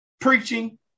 preaching